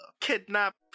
Kidnap